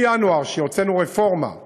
מינואר, שאז הוצאנו רפורמה בתעריפים,